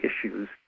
issues